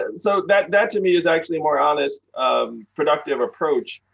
and so, that that to me is actually more honest, um productive approach,